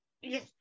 Yes